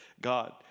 God